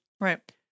Right